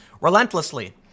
relentlessly